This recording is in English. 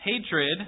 Hatred